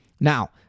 Now